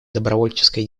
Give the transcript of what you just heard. добровольческой